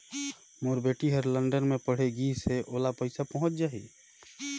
मोर बेटी हर लंदन मे पढ़े गिस हय, ओला पइसा पहुंच जाहि?